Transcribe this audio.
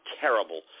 terrible